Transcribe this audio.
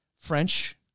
French